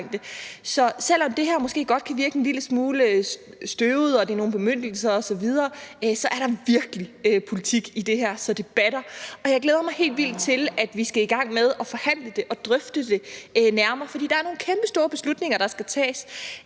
Så selv om det her måske godt kan virke en lille smule støvet med nogle bemyndigelser osv., er der virkelig politik i det, så det batter. Jeg glæder mig helt vildt til, at vi skal i gang med at forhandle det og drøfte det nærmere, fordi der er nogle kæmpestore beslutninger, der skal tages.